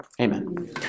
Amen